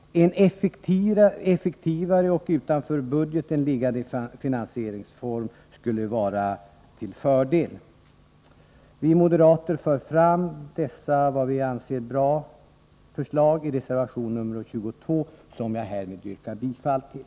En effektivare och utanför budgeten liggande finansieringsform skulle vara till fördel. Vi moderater för fram dessa vad vi anser bra förslag i reservation 22, som jag härmed yrkar bifall till.